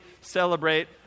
celebrate